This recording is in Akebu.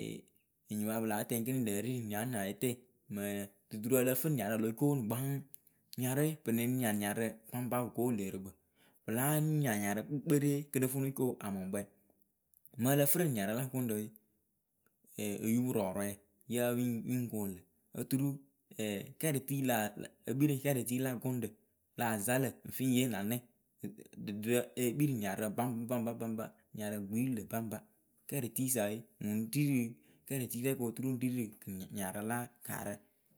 enyipǝ a pɨ láa tɛŋ ekini lǝ e ri rɨ nianiayetɛ mɨ ǝ yǝ duturǝ ǝ lǝ fɨ niarǝ o lo coonu gbaŋ niarǝ we pɨ lɨŋ nia niarǝ baŋba pɨ ko wɨ lǝǝrɨkpǝ pɨ láa nia niarǝ kpekperee kɨ nɨ co amʊŋkpɛ mɨŋ ǝ lǝ fɨ rɨ niarǝ la gʊŋrǝ we oyupurɔɔrɔɛ yǝ pɨ yɨŋ koonu lǝ oturu kɛrɩti la la e kpii rɨ kɛrɩti la gʊŋrǝ lah za lǝ̈ ŋ fɨ ŋ yee na nɛŋ e kpii rɨ niarǝ baŋba baŋba baŋba niarǝ gbii rɨ lǝ̈ baŋba kɛrɩtiisa we ŋwɨ ri rɨ kɛrɩtiirɛ kɨ oturu ŋ kpii niarǝ la gaarǝ.